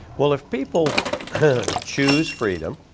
well, if people choose freedom